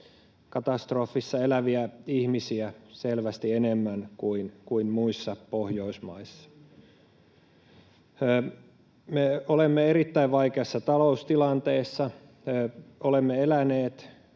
katastrofissa eläviä ihmisiä selvästi enemmän kuin muissa Pohjoismaissa. [Ilmari Nurmisen välihuuto] Me olemme erittäin vaikeassa taloustilanteessa. Olemme eläneet